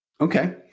Okay